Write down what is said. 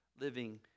living